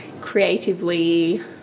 creatively